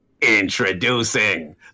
Introducing